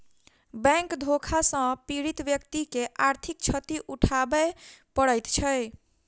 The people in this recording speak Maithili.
बैंक धोखा सॅ पीड़ित व्यक्ति के आर्थिक क्षति उठाबय पड़ैत छै